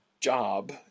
job